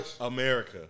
America